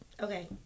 Okay